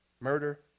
murder